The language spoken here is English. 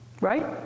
Right